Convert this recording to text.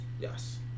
yes